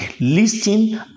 Listening